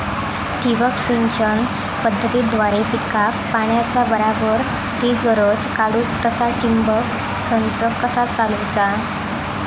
ठिबक सिंचन पद्धतीद्वारे पिकाक पाण्याचा बराबर ती गरज काडूक तसा ठिबक संच कसा चालवुचा?